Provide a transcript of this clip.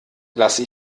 lasse